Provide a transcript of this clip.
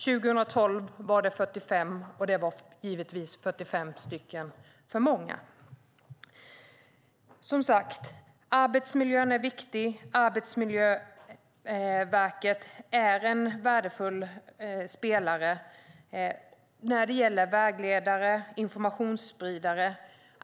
År 2012 var det 45, och det var givetvis 45 för många. Som sagt: Arbetsmiljön är viktig, och Arbetsmiljöverket är en värdefull spelare som vägledare och informationsspridare.